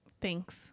Thanks